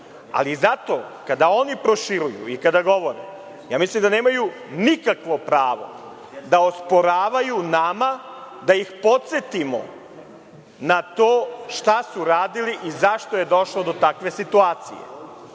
rada. Zato kada oni proširuju, kada govore, mislim da nemaju nikakvo pravo da osporavaju nama da ih podsetimo na to šta su radili i zašto je došlo do takve situacije.